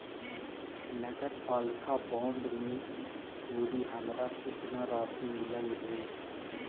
नगरपालिका बॉन्ड में ई तुरी हमरा केतना राशि मिललई हे?